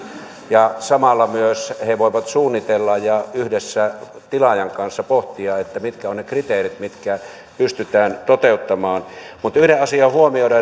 ja samalla myös he voivat suunnitella ja yhdessä tilaajan kanssa pohtia mitkä ovat ne kriteerit mitkä pystytään toteuttamaan mutta yhden asian